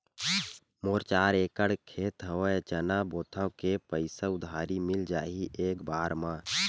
मोर चार एकड़ खेत हवे चना बोथव के पईसा उधारी मिल जाही एक बार मा?